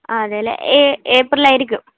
ആ അതേല്ലേ ഈ ഏപ്രിൽ ആയിരിക്കും